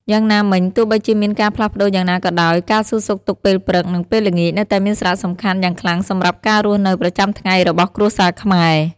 យ៉ាងណាមិញ ទោះបីជាមានការផ្លាស់ប្តូរយ៉ាងណាក៏ដោយ ការសួរសុខទុក្ខពេលព្រឹក និងពេលល្ងាចនៅតែមានសារៈសំខាន់យ៉ាងខ្លាំងសម្រាប់ការរស់នៅប្រចាំថ្ងៃរបស់គ្រួសារខ្មែរ។